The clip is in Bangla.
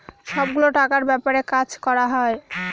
সব গুলো টাকার ব্যাপারে কাজ করা হয়